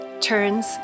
turns